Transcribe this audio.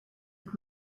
with